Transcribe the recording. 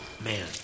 Man